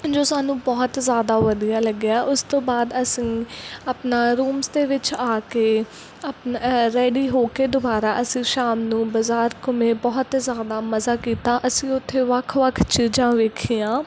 ਜੋ ਸਾਨੂੰ ਬਹੁਤ ਜ਼ਿਆਦਾ ਵਧੀਆ ਲੱਗਿਆ ਉਸ ਤੋਂ ਬਾਅਦ ਅਸੀਂ ਆਪਣਾ ਰੂਮਸ ਦੇ ਵਿੱਚ ਆ ਕੇ ਅ ਰੈਡੀ ਹੋ ਕੇ ਦੁਬਾਰਾ ਅਸੀਂ ਸ਼ਾਮ ਨੂੰ ਬਾਜ਼ਾਰ ਘੁੰਮੇ ਬਹੁਤ ਜ਼ਿਆਦਾ ਮਜ਼ਾ ਕੀਤਾ ਅਸੀਂ ਉੱਥੇ ਵੱਖ ਵੱਖ ਚੀਜ਼ਾਂ ਵੇਖੀਆਂ